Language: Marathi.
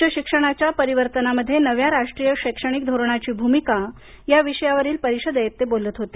उच्च शिक्षणाच्या परीवर्तनामध्ये नव्या राष्ट्रीय शैक्षणिक धोरणाची भूमिका या विषयावरील परिषदेत ते बोलत होते